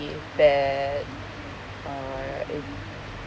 that uh